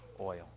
oil